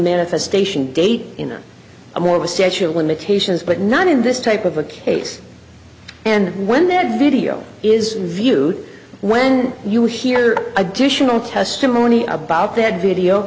manifestation date in a more of a statute of limitations but not in this type of a case and when that video is viewed when you hear additional testimony about that video